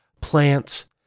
plants